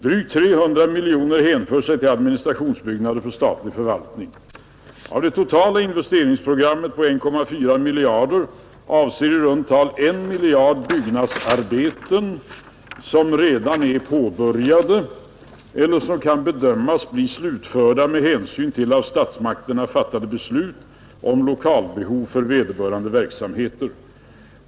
Drygt 300 miljoner kronor hänför sig till administrationsbyggnader för statlig förvaltning. Av det totala investeringsprogrammet på 1,4 miljarder kronor avser i runt tal 1 miljard kronor byggnadsarbeten som redan är påbörjade eller som kan bedömas bli slutförda med hänsyn till av statsmakterna fattade beslut om lokalbehov för vederbörande verksamheter.